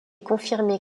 confirmé